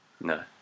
No